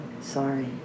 sorry